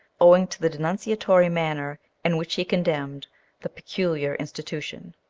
owing to the denunciatory manner in which he condemned the peculiar institution.